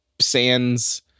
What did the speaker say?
Sand's